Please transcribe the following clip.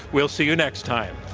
we'll see you next time.